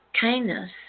kindness